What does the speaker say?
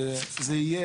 זה יהיה,